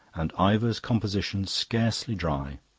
and ivor's composition scarcely dry.